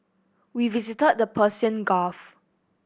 we visited the Persian Gulf